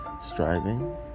striving